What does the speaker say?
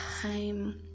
time